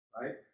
Right